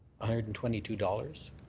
hundred and twenty two dollars